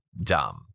dumb